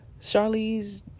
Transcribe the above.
Charlize